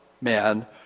man